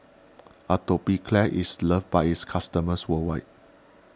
Atopiclair is loved by its customers worldwide